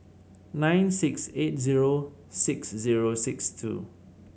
nine six eight zero six zero six two